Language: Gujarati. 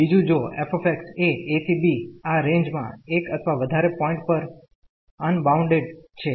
બીજું જો f એ a ¿ b આ રેન્જ મા એક અથવા વધારે પોઈન્ટ પર અનબાઉન્ડેડ છે